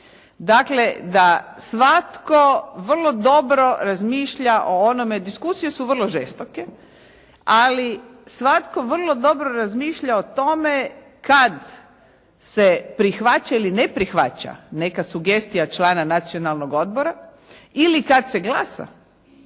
Dakle da svatko vrlo dobro razmišlja o onome, diskusije su vrlo žestoke, ali svatko vrlo dobro razmišlja o tome kad se prihvaća ili ne prihvaća neka sugestija člana Nacionalnog odbora ili kad se glasa